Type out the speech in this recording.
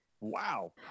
Wow